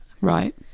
Right